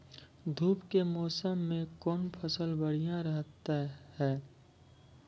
धूप के मौसम मे कौन फसल बढ़िया रहतै हैं?